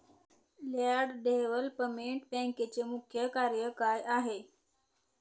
Land development बँकेचे मुख्य कार्य काय आहे?